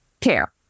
care